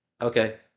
Okay